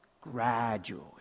gradually